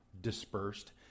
dispersed